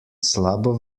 slabo